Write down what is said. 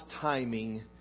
timing